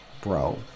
bro